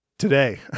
today